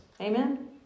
Amen